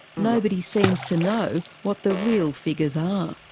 nobody seems to know what the real figures are.